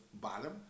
bottom